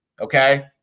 Okay